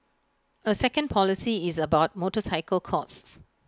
A second policy is about motorcycle costs